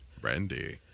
Brandy